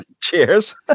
Cheers